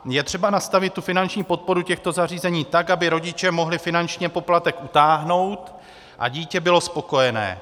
Je třeba nastavit finanční podporu těchto zařízení tak, aby rodiče mohli finančně poplatek utáhnout a dítě bylo spokojené.